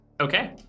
Okay